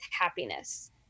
happiness